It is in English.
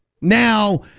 Now